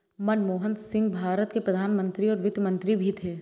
मनमोहन सिंह भारत के प्रधान मंत्री और वित्त मंत्री भी थे